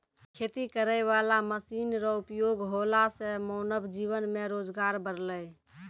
खेती करै वाला मशीन रो उपयोग होला से मानब जीवन मे रोजगार बड़लै